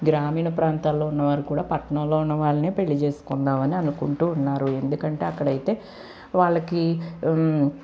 గ్రామీణ ప్రాంతాల్లో ఉన్న వాళ్ళు కూడా పట్నంలో ఉన్న వాళ్ళనే పెళ్లి చేసుకుందాం అని అనుకుంటున్నారు ఎందుకంటే అక్కడైతే వాళ్లకి